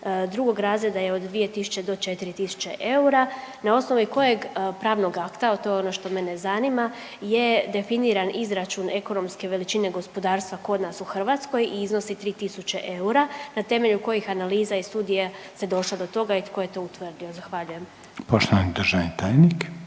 drugog razreda je od 2.000 do 4.000 eura. Na osnovi kojeg pravnog akta, to je ono što mene zanima je definiran izračun ekonomske veličine gospodarstva kod nas u Hrvatskoj i iznosi 3.000 eura. Na temelju kojih analiza i studija se došlo do toga i tko je to utvrdio? Zahvaljujem. **Reiner, Željko